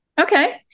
Okay